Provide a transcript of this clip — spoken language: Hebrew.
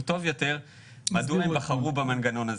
טוב יותר מדוע הם בחרו במנגנון הזה.